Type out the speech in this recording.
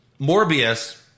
Morbius